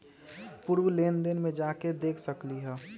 पूर्व लेन देन में जाके देखसकली ह?